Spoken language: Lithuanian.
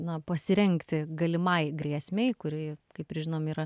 na pasirengti galimai grėsmei kuri kaip ir žinom yra